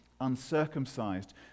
uncircumcised